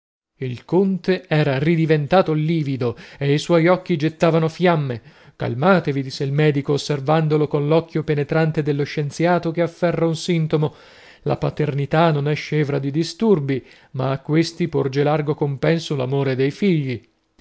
il conte era ridiventato livido e i suoi occhi gettavano fiamme calmatevi disse il medico osservandolo coll'occhìo penetrante dello scienziato che afferra un sintomo la paternità non è scevra di disturbi ma a questi porge largo compenso l'amore dei figli